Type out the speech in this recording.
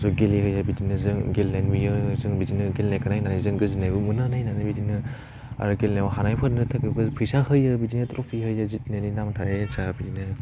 ज' गेलेहोयो बिदिनो जों गेलेनाय नुयो जों बिदिनो गेलेनायखौ नायनानै जों गोजोन्नायबो मोनो नायनानै बिदिनो आरो गेलेनायाव हानायफोरनो थाखाय फैसा होयो बिदिनो ट्रफि होयो जिकिनायनि नाम थायो हिसाबैनो